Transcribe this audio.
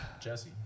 jesse